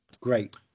Great